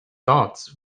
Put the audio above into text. thoughts